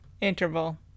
Interval